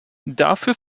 dafür